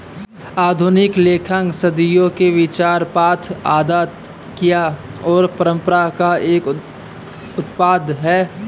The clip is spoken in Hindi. आधुनिक लेखांकन सदियों के विचार, प्रथा, आदत, क्रिया और परंपरा का एक उत्पाद है